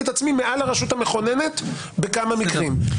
את עצמי מעל הרשות המכוננת בכמה מקרים.